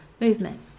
movement